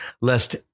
lest